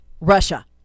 Russia